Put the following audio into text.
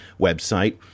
website